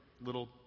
little